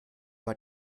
war